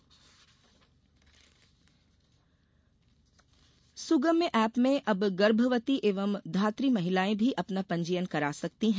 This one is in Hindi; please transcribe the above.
सुगम्य एप सुगम्य एप में अब गर्भवती एवं धात्री महिलाएं भी अपना पंजीयन करा सकती हैं